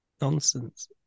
nonsense